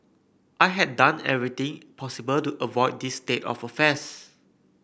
I had done everything possible to avoid this state of affairs